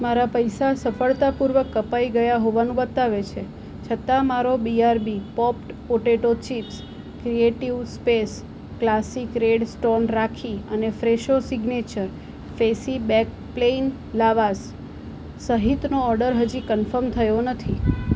મારા પૈસા સફળતાપૂર્વક કપાઈ ગયા હોવાનું બતાવે છે છતાં મારો BRB popped potato chips creative space classic red stone rakhi અને ફ્રેશો સિગ્નેચર ફેશી બેક્ડ પ્લેઈન લાવાશ સહિતનો ઓડર હજી કન્ફર્મ થયો નથી